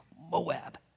Moab